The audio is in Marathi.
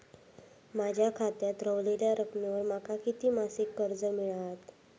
माझ्या खात्यात रव्हलेल्या रकमेवर माका किती मासिक कर्ज मिळात?